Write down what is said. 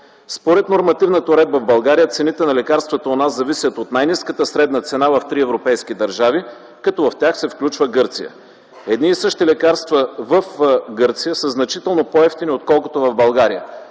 Според нормативната уредба в България цените на лекарствата у нас зависят от най-ниската средна цена в три европейски държави, като в тях се включва Гърция. Едни и същи лекарства в Гърция са значително по-евтини отколкото в България.